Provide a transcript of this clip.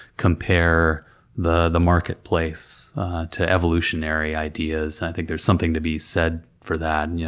compare the the marketplace to evolutionary ideas. i think there's something to be said for that, and yeah